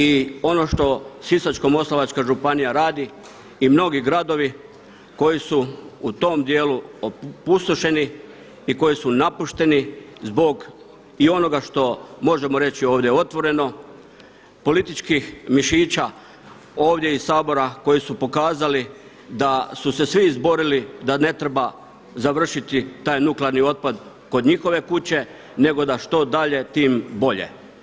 I ono što Sisačko-moslavačka županija radi i mnogi gradovi koji su u tom dijelu opustošeni i koji su napušteni zbog i onoga što, možemo reći ovdje otvoreno, političkih mišića ovdje iz Sabora koji su pokazali da su se svi izborili da ne treba završiti taj nuklearni otpad kod njihove kuće nego da što dalje, tim bolje.